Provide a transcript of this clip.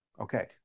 Okay